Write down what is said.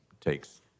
takes